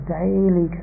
daily